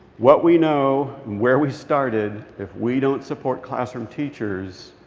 what we know where we started, if we don't support classroom teachers,